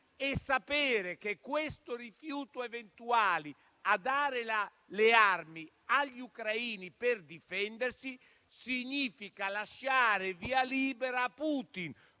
e sapere che questo rifiuto eventuale a dare le armi agli ucraini per difendersi significa lasciare via libera a Putin,